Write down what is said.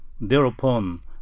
Thereupon